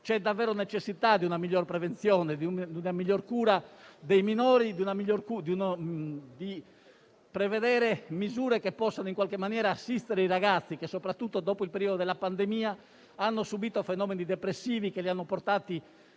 C'è davvero necessità di una migliore prevenzione, di una miglior cura dei minori, di prevedere misure che possano assistere i ragazzi che, soprattutto dopo il periodo della pandemia, hanno subito fenomeni depressivi che li hanno portati